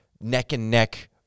neck-and-neck